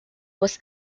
was